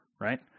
right